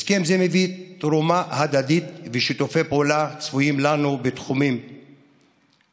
הסכם זה מביא תרומה הדדית ושיתופי פעולה צפויים לנו בתחומי המדע,